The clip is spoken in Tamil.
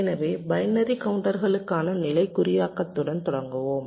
எனவே பைனரி கவுண்டர்களுக்கான நிலை குறியாக்கத்துடன் தொடங்குவோம்